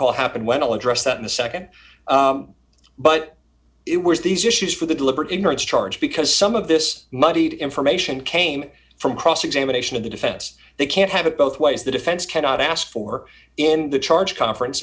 call happened when all addressed that in a nd but it was these issues for the deliberate ignorance charge because some of this muddied information came from cross examination of the defense they can't have it both ways the defense cannot ask for in the charge conference